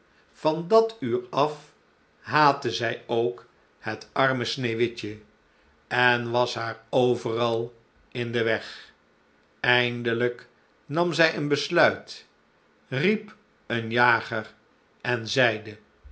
van dat uur af haatte zij ook het arme sneeuwwitje en was haar overal in den weg eindelijk nam zij een besluit riep eenen jager en zeide